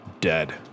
dead